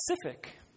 specific